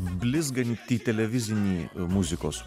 blizgantį televizinį muzikos